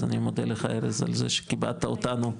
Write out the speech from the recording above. אז אני מודה לך ארז על זה שכיבדת אותנו.